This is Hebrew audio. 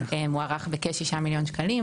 היא מוערכת בכ-6 מיליון שקלים.